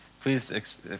please